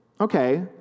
okay